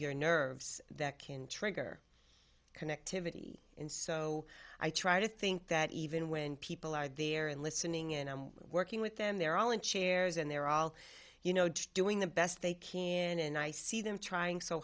your nerves that can trigger connectivity and so i try to think that even when people are there and listening and i'm working with them they're all in chairs and they're all you know doing the best they can and i see them trying so